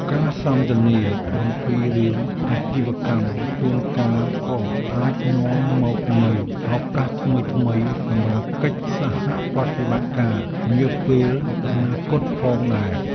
ការសន្ទនាអំពីរឿងអាជីវកម្មជួនកាលក៏អាចនាំមកនូវឱកាសថ្មីៗសម្រាប់កិច្ចសហប្រតិបត្តិការនាពេលអនាគតផងដែរ។